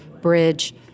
bridge